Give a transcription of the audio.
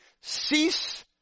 cease